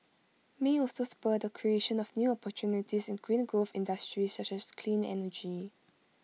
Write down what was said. may also spur the creation of new opportunities in green growth industries such as clean energy